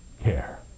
care